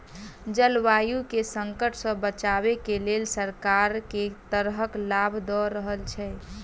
जलवायु केँ संकट सऽ बचाबै केँ लेल सरकार केँ तरहक लाभ दऽ रहल छै?